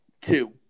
two